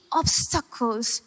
obstacles